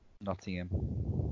Nottingham